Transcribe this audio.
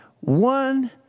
one